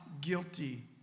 guilty